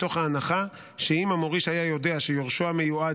מתוך ההנחה שאם המוריש היה יודע שיורשו המיועד